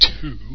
two